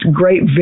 great